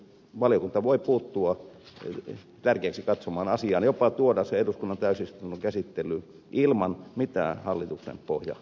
valiokunta voi puuttua tärkeäksi katsomaansa asiaan jopa tuoda sen eduskunnan täysistunnon käsittelyyn ilman mitään hallituksen pohjaesitystä